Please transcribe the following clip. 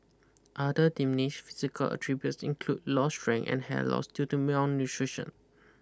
other diminish physical attributes include lost strength and hair loss due to malnutrition